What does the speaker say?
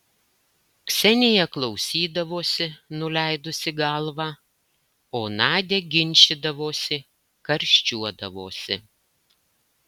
ksenija klausydavosi nuleidusi galvą o nadia ginčydavosi karščiuodavosi